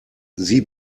sie